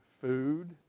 food